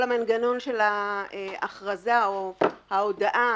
כל המנגנון של ההכרזה או ההודעה